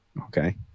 Okay